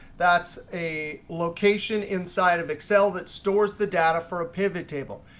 that's a location inside of excel that stores the data for a pivot table.